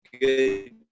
good